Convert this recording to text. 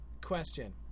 Question